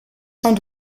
sans